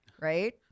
right